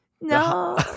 No